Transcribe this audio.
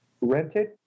rented